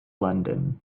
london